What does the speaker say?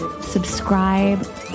subscribe